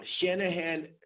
Shanahan